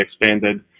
expanded